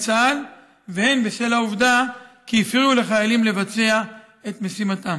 צה"ל והן בשל העובדה שהפריעו לחיילים לבצע את משימתם.